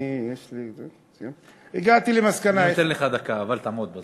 אני אתן לך דקה נוספת, אבל תעמוד בזה.